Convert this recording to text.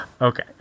okay